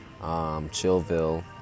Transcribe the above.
Chillville